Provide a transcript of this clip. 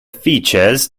features